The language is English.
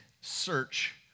search